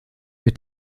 mit